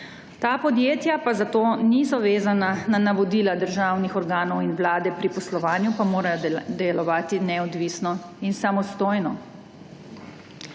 Ta podjetja pa zato niso vezana na navodila državnih organov in vlade, pri poslovanju pa morajo delovati neodvisno in samostojno.